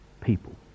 people